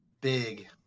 big